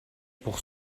pour